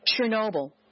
Chernobyl